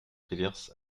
rivers